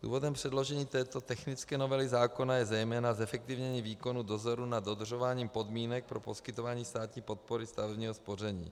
Důvodem předložení této technické novely zákona je zejména zefektivnění výkonu dozoru nad dodržováním podmínek pro poskytování státní podpory stavebního spoření.